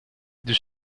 the